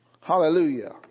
Hallelujah